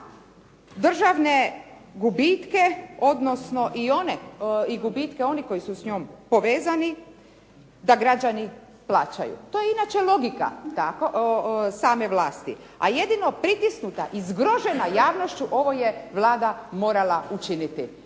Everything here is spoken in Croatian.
državne gubitke odnosno i gubitke onih koji su s njom povezani da građani plaćaju. To je inače logika same vlasti, a jedino pritisnuta i zgrožena javnošću ovo je Vlada morala učiniti.